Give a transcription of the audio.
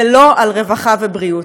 ולא על רווחה ובריאות.